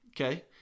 okay